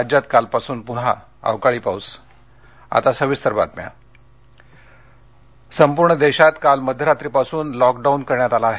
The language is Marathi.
राज्यात कालपासून पून्हा अवकाळी पाऊस मोदी संपूर्ण देशात काल मध्यरात्रीपासून लॉकडाऊन करण्यात आला आहे